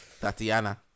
Tatiana